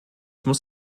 muss